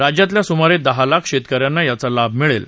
राज्यातल्या सुमारे दहा लाख शेतक यांना याचा लाभ मिळेल